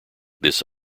this